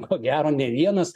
ko gero ne vienas